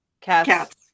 Cats